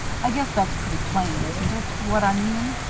i guess that's pretty plain, isn't it what i mean?